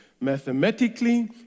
mathematically